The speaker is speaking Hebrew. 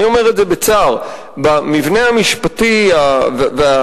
אני אומר את זה בצער: במבנה המשפטי והמעשי